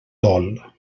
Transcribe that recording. dol